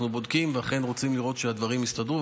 אנחנו בודקים ואכן רוצים לראות שהדברים הסתדרו.